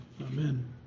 Amen